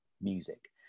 music